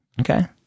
Okay